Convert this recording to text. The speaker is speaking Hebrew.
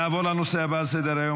נעבור לנושא הבא על סדר-היום,